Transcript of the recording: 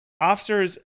officers